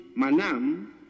Manam